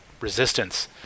resistance